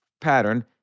pattern